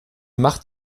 macht